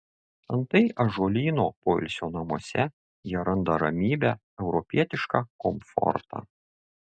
antai ąžuolyno poilsio namuose jie randa ramybę europietišką komfortą